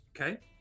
Okay